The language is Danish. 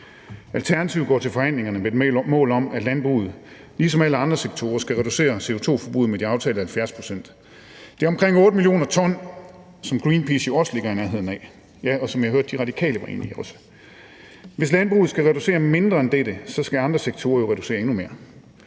Alternativet går til forhandlingerne med et mål om, at landbruget ligesom alle andre sektorer skal reducere CO2-forbruget med de aftalte 70 pct. Det er omkring 8 mio. t, som det, Greenpeace siger, jo også ligger i nærheden af, og som jeg også hørte at De Radikale var enige i. Hvis landbruget skal reducere mindre end dette, skal andre sektorer jo reducere endnu mere.